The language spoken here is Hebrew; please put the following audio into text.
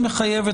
נכון?